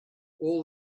all